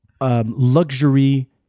Luxury